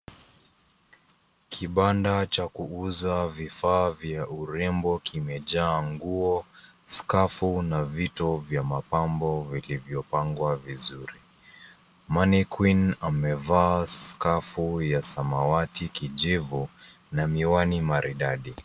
Kibanda cha kuuza vifaa vya urembo kimejaa nguo, skafu na vito vya mapambo vilivyopangwa vizuri. Mannequin amevaa skafu ya samawati kijivu na miwani maridadi.